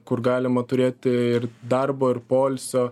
kur galima turėti ir darbo ir poilsio